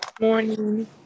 Morning